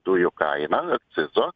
dujų kainą akcizo